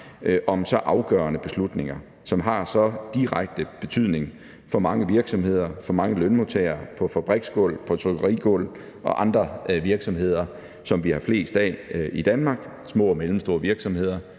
om så afgørende beslutninger, som har så direkte betydning for mange virksomheder, for mange lønmodtagere på fabriksgulve, trykkerigulve og i andre af de virksomheder, som vi har flest af i Danmark, nemlig små og store mellemstore virksomheder,